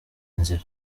nzira